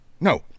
No